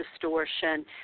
distortion